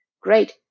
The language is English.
Great